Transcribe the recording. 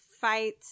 fight